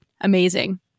Amazing